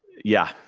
yeah.